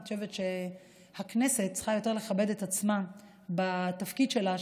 אני חושבת שהכנסת צריכה יותר לכבד את עצמה בתפקיד שלה,